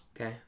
Okay